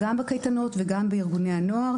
גם בקייטנות וגם בארגוני הנוער,